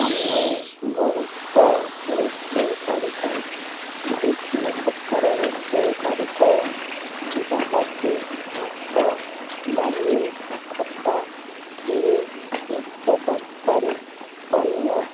ଆମେ ବହୁତ ରୋଷେଇ କରିଥାଉ ବିଭିନ୍ନ ପ୍ରକାର ରୋଷେଇ କରିଥାଉ ଯାହାକି ଭାତ ଡାଲି ଖଟା କ୍ଷୀରି ମିକ୍ସଚର୍ ତରକାରୀ ପନୀର୍